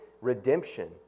redemption